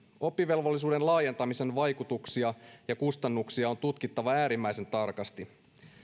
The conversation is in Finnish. oppivelvollisuuden laajentamisen vaikutuksia ja kustannuksia on tutkittava äärimmäisen tarkasti